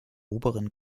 oberen